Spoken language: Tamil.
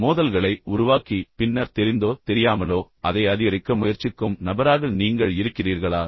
மோதல்களை உருவாக்கி பின்னர் தெரிந்தோ தெரியாமலோ அதை அதிகரிக்க முயற்சிக்கும் நபராக நீங்கள் இருக்கிறீர்களா